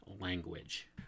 language